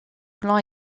plan